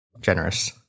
generous